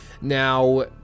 Now